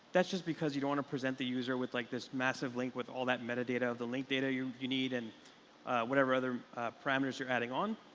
that's just because you don't want to present the user with like this massive link with all that metadata of the link data you you need and whatever other parameters you're adding on.